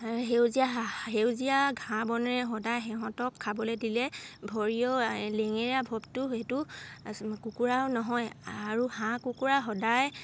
সেউজীয়া সেউজীয়া ঘাঁহ বনেৰে সদায় সিহঁতক খাবলৈ দিলে ভৰিও লেঙেৰা ভপটো সেইটো কুকুৰাও নহয় আৰু হাঁহ কুকুৰা সদায়